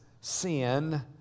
sin